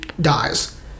dies